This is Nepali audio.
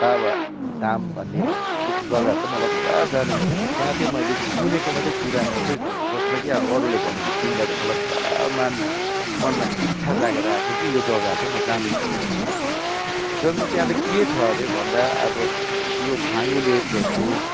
बाबा धाम भन्ने जस्तो जग्गाहरू चाहिँ मलाई पुरा जानु इच्छा छ त्यहाँ चाहिँ मैले सुनेको मात्रै कुरा मात्रै जसमा कि अब अरूले भनेको सुन्दा चाहिँ मलाई पुरा मान मनमा इच्छा जागेर आएको कि यो जग्गाहरू चाहिँ म जानै पर्छ भन्ने जसमा त्यहाँ चाहिँ के छ हरे भन्दा अब यो छाङ्गु लेकहरूको